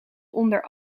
onder